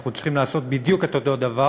אנחנו צריכים לעשות בדיוק את אותו דבר,